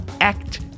Act